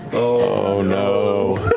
oh no. oh,